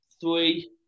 three